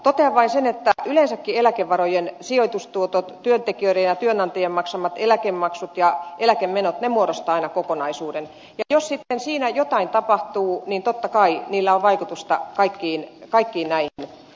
totean vain sen että yleensäkin eläkevarojen sijoitustuotot työntekijöiden ja työnantajien maksamat eläkemaksut ja eläkemenot muodostavat aina kokonaisuuden ja jos sitten siinä jotain tapahtuu niin totta kai sillä on vaikutusta kaikkiin näihin